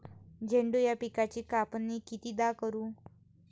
झेंडू या पिकाची कापनी कितीदा करू?